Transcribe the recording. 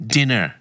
Dinner